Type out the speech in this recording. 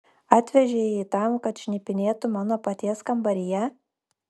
atvežei jį tam kad šnipinėtų mano paties kambaryje